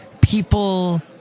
people